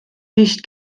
nicht